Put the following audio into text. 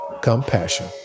compassion